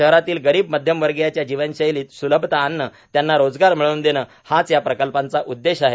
शहरातील गरीब मध्यमवर्गीयांच्या जीवनशैलीत स्लभता आणणे त्यांना रोजगार मिळवून देणे हाच या प्रकल्पांचा उद्देश आहे